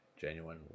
genuine